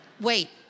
wait